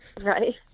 Right